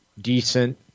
decent